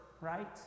right